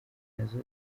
nazo